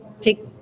take